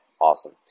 Awesome